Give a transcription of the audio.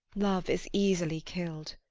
love is easily killed.